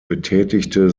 betätigte